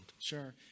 Sure